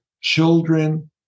children